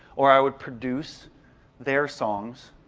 or i would produce their songs